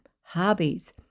hobbies